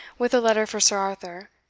with a letter for sir arthur,